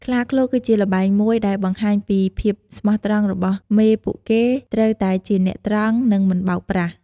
ខ្លាឃ្លោកក៏ជាល្បែងមួយដែលបង្ហាញពីភាពស្មោះត្រង់របស់មេពួកគេត្រូវតែជាអ្នកត្រង់ និងមិនបោកប្រាស់។